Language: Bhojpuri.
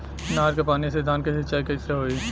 नहर क पानी से धान क सिंचाई कईसे होई?